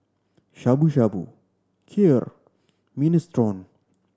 Shabu Shabu Kheer and Minestrone